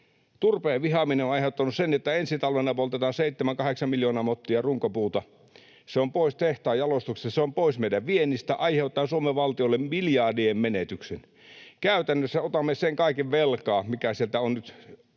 Turpeen vihaaminen on aiheuttanut sen, että ensi talvena poltetaan 7—8 miljoonaa mottia runkopuuta. Se on pois tehtaan jalostuksesta, se on pois meidän viennistä aiheuttaen Suomen valtiolle miljardien menetyksen. Käytännössä otamme sen kaiken velkaa, mikä sieltä on nyt